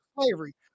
slavery